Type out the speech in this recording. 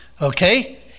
Okay